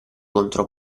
contro